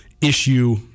issue